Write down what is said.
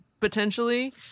Potentially